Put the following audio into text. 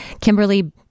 Kimberly